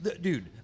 dude